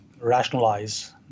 rationalize